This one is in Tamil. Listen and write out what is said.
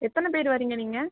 எத்தனை பேர் வாரீங்க நீங்கள்